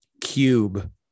Cube